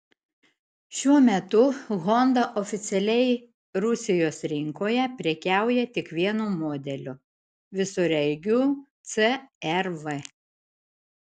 šiuo metu honda oficialiai rusijos rinkoje prekiauja tik vienu modeliu visureigiu cr v